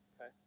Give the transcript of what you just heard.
okay